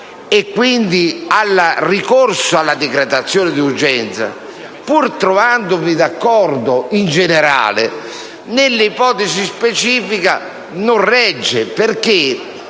e quindi al ricorso alla decretazione d'urgenza, pur trovandomi d'accordo in generale, nell'ipotesi specifica non regge.